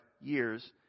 years